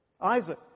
isaac